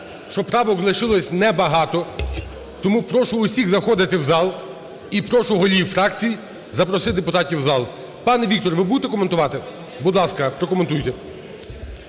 що правок лишилося небагато, тому прошу усіх заходити в зал. І прошу голів фракцій запросити депутатів в зал. Пане Віктор, ви будете коментувати? Будь ласка, прокоментуйте.